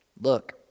look